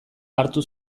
hartu